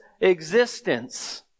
existence